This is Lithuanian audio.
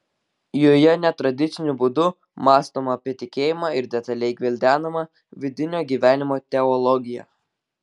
joje netradiciniu būdu mąstoma apie tikėjimą ir detaliai gvildenama vidinio gyvenimo teologija